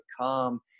come